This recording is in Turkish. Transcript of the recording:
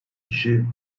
kişi